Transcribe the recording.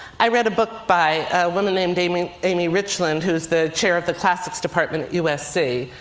i read a book by a woman named amy amy richlin, who is the chair of the classics department at usc.